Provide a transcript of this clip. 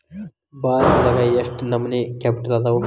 ಭಾರತದಾಗ ಯೆಷ್ಟ್ ನಮನಿ ಕ್ಯಾಪಿಟಲ್ ಅದಾವು?